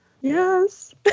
Yes